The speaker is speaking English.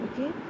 Okay